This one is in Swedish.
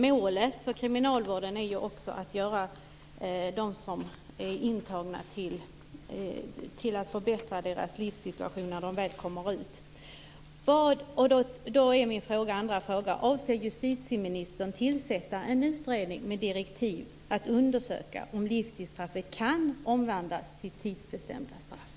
Målet för kriminalvården är ju också att förbättra livssituationen för de intagna när de väl kommer ut. Min andra fråga är: Avser justitieministern tillsätta en utredning med direktiv att undersöka om livstidsstraffen kan omvandlas till tidsbestämda straff?